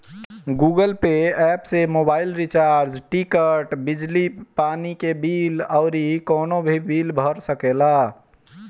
Google Pay app से mobile recharge, ticket, बिजली पानी के बिल अउरी कवनो भी बिल भर सकेला